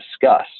discuss